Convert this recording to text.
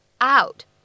out